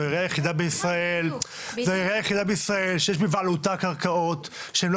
שזו העירייה היחידה בישראל שיש בבעלותה קרקעות שהן לא